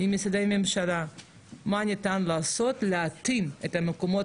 עם משרדי הממשלה מה ניתן לעשות כדי להתאים את מקומות